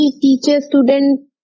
teacher-student